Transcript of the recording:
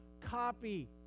copy